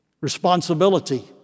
Responsibility